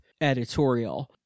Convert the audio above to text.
editorial